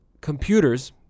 computers